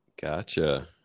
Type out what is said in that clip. Gotcha